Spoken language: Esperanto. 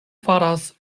faras